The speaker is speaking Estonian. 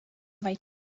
vaid